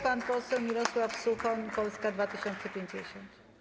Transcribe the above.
Pan poseł Mirosław Suchoń, Polska 2050.